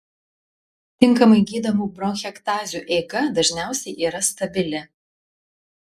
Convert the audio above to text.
tinkamai gydomų bronchektazių eiga dažniausiai yra stabili